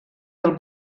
del